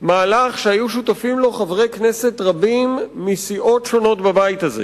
מהלך שהיו שותפים לו חברי כנסת רבים מסיעות שונות בבית הזה,